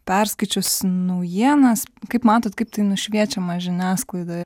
perskaičius naujienas kaip matot kaip tai nušviečiama žiniasklaidoj